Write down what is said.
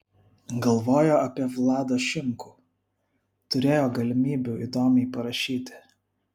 galvojo apie vladą šimkų turėjo galimybių įdomiai parašyti